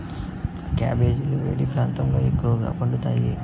క్యాబెజీలు వేడి ప్రాంతాలలో ఎక్కువగా పండుతాయి